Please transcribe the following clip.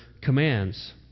commands